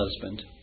husband